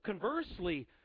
conversely